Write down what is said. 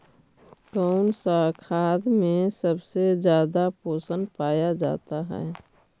कौन सा खाद मे सबसे ज्यादा पोषण पाया जाता है?